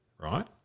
right